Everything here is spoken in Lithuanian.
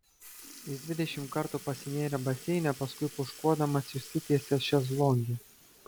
jis dvidešimt kartų pasinėrė baseine paskui pūškuodamas išsitiesė šezlonge